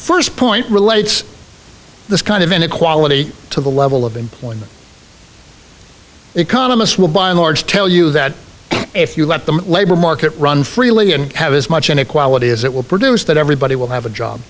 first point relates this kind of inequality to the level of employing economists will by and large tell you that if you let the labor market run freely and have as much inequality as it will produce that everybody will have a job